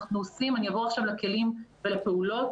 אני אעבור עכשיו לכלים ולפעולות.